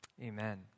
amen